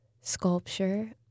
sculpture